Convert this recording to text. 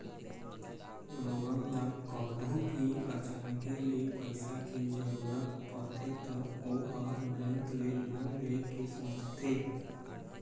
लोगन ल कभू भी अचानके ले पइसा के जरूरत परथे त ओ ह बेंक ले लोन ले के सोचथे